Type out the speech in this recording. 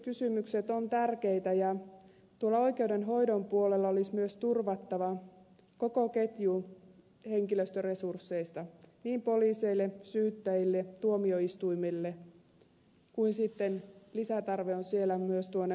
resurssikysymykset ovat tärkeitä ja tuolla oikeudenhoidon puolella olisi myös turvattava henkilöstöresurssit koko ketjulle poliiseille syyttäjille tuomioistuimille ja lisätarve on myös siellä oikeusavun puolella